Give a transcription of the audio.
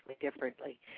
differently